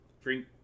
drink